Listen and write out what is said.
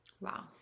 Wow